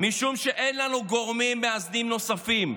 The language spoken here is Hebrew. משום שאין לנו גורמים מאזנים נוספים.